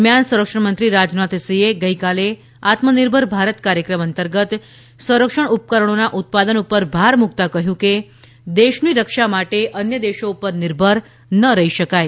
દરમિયાન સંરક્ષણમંત્રી રાજનાથસિંહે ગઇકાલે આત્મનિર્ભર ભારત કાર્યક્રમ અંતર્ગત સંરક્ષણ ઉપકરણોના ઉત્પાદન પર ભાર મૂકતાં કહ્યું કે દેશની રક્ષા માટે અન્ય દેશો પર નિર્ભર ના રહી શકાય